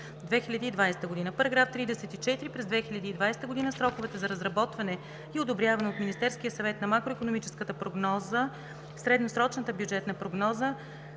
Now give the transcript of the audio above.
г. § 34. През 2020 г. сроковете за разработване и одобряване от Министерския съвет на макроикономическата прогноза, средносрочната бюджетна прогноза,